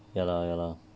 ya lah ya lah